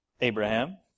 Abraham